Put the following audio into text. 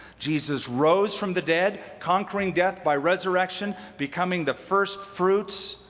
jesus rose from the dead conquering death by resurrection, becoming the firstfruits,